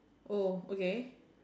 oh okay